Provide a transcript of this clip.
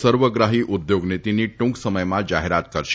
સર્વગ્રાહી ઉદ્યોગનીતીની ટુંક સમયમાં જાહેરાત કરશે